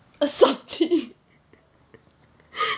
a sub-tea